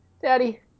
Daddy